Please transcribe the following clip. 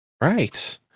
Right